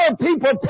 people